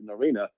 arena